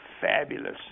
fabulous